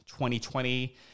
2020